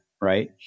Right